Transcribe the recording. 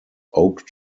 oak